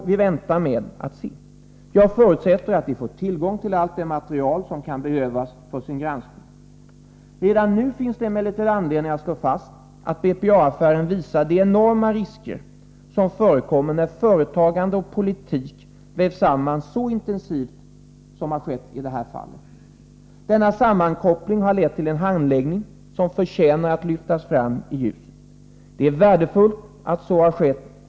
Jag förutsätter att utskottet får tillgång till allt material som kan behövas vid granskningen. Redan nu finns det emellertid anledning att slå fast att BPA-affären visar vilka enorma risker som föreligger när företagande och politik vävs samman så intensivt som i det här fallet. Denna sammankoppling har lett till en handläggning som förtjänar att lyftas fram i ljuset. Det är värdefullt att Expressen gjort det.